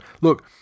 look